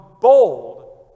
bold